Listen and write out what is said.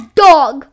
dog